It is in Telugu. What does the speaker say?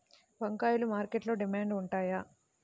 వంకాయలు మార్కెట్లో డిమాండ్ ఉంటాయా?